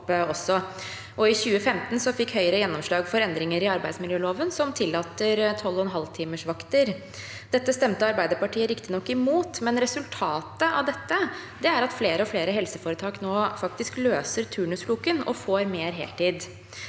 I 2015 fikk Høyre gjennomslag for endringer i arbeidsmiljøloven som tillater 12,5-timersvakter. Dette stemte Arbeiderpartiet riktignok imot, men resultatet av dette er at flere og flere helseforetak nå faktisk løser turnusfloken og får mer heltid.